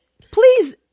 Please